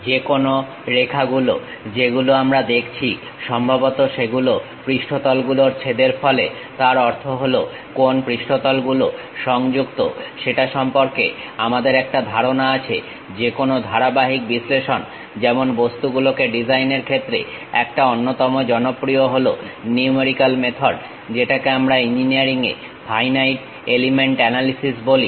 যেকোনো রেখা গুলো যেগুলো আমরা দেখছি সম্ভবত সেগুলো পৃষ্ঠতল গুলোর ছেদের ফলে তার অর্থ হলো কোন পৃষ্ঠতল গুলো সংযুক্ত সেটা সম্পর্কে আমাদের একটা ধারণা আছে যেকোনো ধারাবাহিক বিশ্লেষণ যেমন বস্তুগুলোকে ডিজাইনের ক্ষেত্রে একটা অন্যতম জনপ্রিয় হলো নিউমেরিক্যাল মেথড যেটাকে আমরা ইঞ্জিনিয়ারিং এ ফাইনাইট এলিমেন্ট অ্যানালিসিস বলি